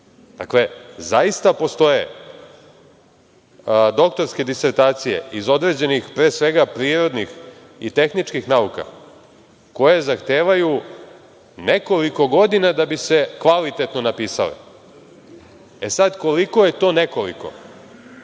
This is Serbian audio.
Dakle, zaista postoje doktorske disertacije iz određenih, pre svega prirodnih i tehničkih, nauka koje zahtevaju nekoliko godina da bi se kvalitetno napisale. Sada, koliko je to nekoliko?